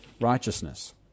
righteousness